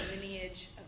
lineage